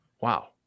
Wow